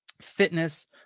fitness